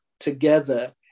together